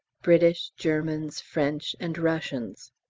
british, germans, french, and russians.